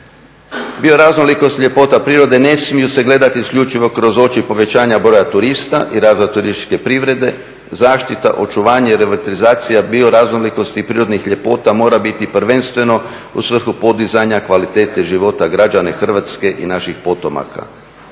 bioraznolikosti ne smiju se gledati isključivo kroz oči povećanja broja turista i razvoja turističke privrede, zaštite, očuvanje, relativizacija bioraznolikosti i prirodnih ljepota mora biti prvenstveno u svrhu podizanja kvalitete života građana Hrvatske i naših potomaka.